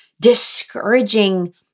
discouraging